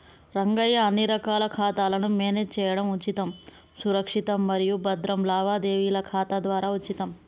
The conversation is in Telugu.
రంగయ్య అన్ని రకాల ఖాతాలను మేనేజ్ చేయడం ఉచితం సురక్షితం మరియు భద్రం లావాదేవీల ఖాతా ద్వారా ఉచితం